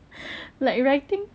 like writing